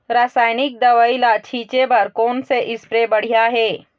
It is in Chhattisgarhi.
रासायनिक दवई ला छिचे बर कोन से स्प्रे बढ़िया हे?